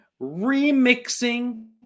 remixing